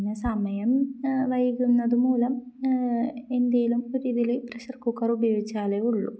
പിന്നെ സമയം വൈകുന്നതു മൂലം എന്തെങ്കിലും ഒരു ഇതിൽ പ്രഷർ കുക്കർ ഉപയോഗിച്ചാലേ ഉള്ളു